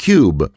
Cube